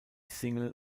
single